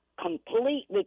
completely